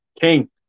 king